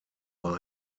war